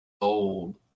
old